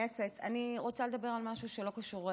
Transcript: אני רוצה לדבר על משהו שלא קשור לחקיקה.